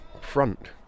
front